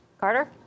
Carter